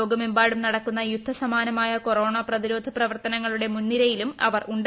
ലോകമെമ്പാടും നടക്കുന്ന യുദ്ധ സമാനമായ കൊറോണ പ്രതിരോധ പ്രവർത്തനങ്ങളുടെ മുൻനിരയിലും അവർ ഉണ്ട്